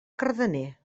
cardener